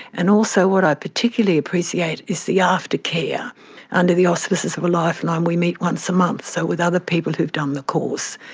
and also what i particularly appreciate is the after-care under the auspices of lifeline, we meet once a month so with other people who've done the course.